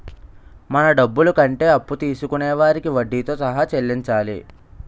మన డబ్బులు కంటే అప్పు తీసుకొనే వారికి వడ్డీతో సహా చెల్లించాలి